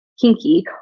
kinky